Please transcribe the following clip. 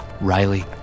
Riley